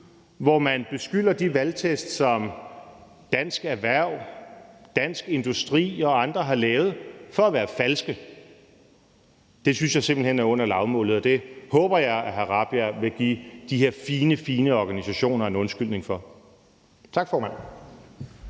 hvor man beskylder de valgtest, som Dansk Erhverv, Dansk Industri og andre har lavet, for at være falske. Det synes jeg simpelt hen er under lavmålet, og det håber jeg hr. Christian Rabjerg Madsen vil give de her fine, fine organisationer en undskyldning for. Tak, formand.